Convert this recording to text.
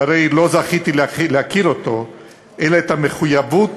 שהרי לא זכיתי להכיר אותו, אלא את המחויבות